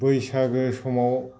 बैसागो समाव